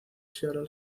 seattle